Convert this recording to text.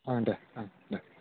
ओं दे ओं दे